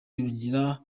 yongera